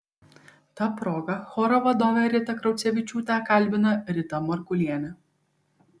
ta proga choro vadovę ritą kraucevičiūtę kalbina rita markulienė